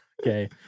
Okay